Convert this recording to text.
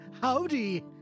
howdy